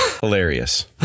Hilarious